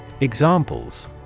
Examples